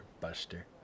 buster